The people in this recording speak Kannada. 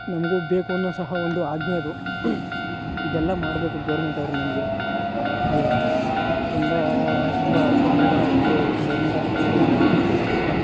ನಮಗೂ ಬೇಕು ಅನ್ನೋದು ಸಹ ಒಂದು ಆಜ್ಞೆ ಅದು ಇದೆಲ್ಲ ಮಾಡಬೇಕು ಗೌರ್ಮೆಂಟವರು ನಮಗೆ ಅಲ್ವ ತುಂಬ ತುಂಬ ತೊಂದರೆಗಳಾಗ್ತಿದೆ ಗೌರ್ಮೆಂಟ್ ಆಸ್ಪೆಟ್ಲುಗಳಿಂದ